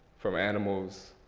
from animals